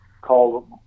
called